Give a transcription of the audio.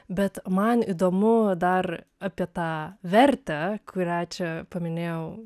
bet man įdomu dar apie tą vertę kurią čia paminėjau